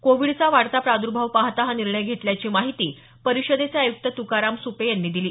कोविडचा वाढता प्रादुर्भाव पाहता हा निर्णय घेतल्याची माहिती परिषदेचे आयुक्त तुकाराम सुपे यांनी दिली